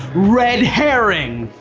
red herring.